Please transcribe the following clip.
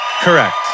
Correct